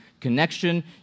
connection